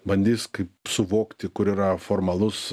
bandys kaip suvokti kur yra formalus